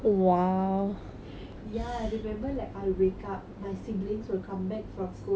ya I remember like I wake up my siblings will come back from school and wake me up